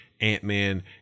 Ant-Man